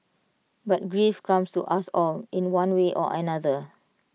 but grief comes to us all in one way or another